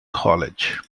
college